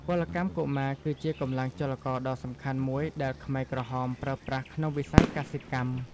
ពលកម្មកុមារគឺជាកម្លាំងចលករដ៏សំខាន់មួយដែលខ្មែរក្រហមប្រើប្រាស់ក្នុងវិស័យកសិកម្ម។